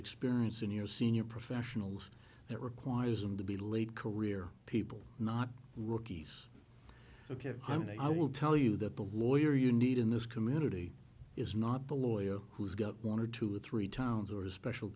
experience in your senior professionals that requires them to be late career people not rocky's ok honey i will tell you that the lawyer you need in this community is not the lawyer who's got one or two three towns or a special